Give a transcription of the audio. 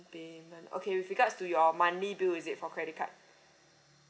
payment okay with regards to your monthly bill is it for credit card